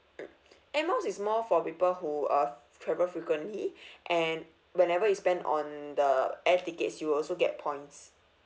mm air miles is more for people who uh travel frequently and whenever you spend on the air tickets you'll also get points